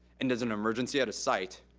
and there's an emergency at a site,